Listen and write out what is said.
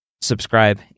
Subscribe